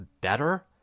better